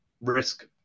risk